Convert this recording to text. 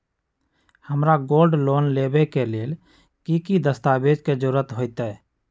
हमरा gold loan लेबे के लेल कि कि दस्ताबेज के जरूरत होयेत?